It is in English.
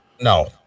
no